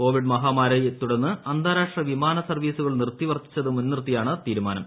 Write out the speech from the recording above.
Covid മഹാമാരിയെ തുടർന്ന് അന്താരാഷ്ട്ര വിമാന സർവീസുകൾ നിർത്തിവച്ചതു മുൻനിർത്തിയാണ് തീരുമാനം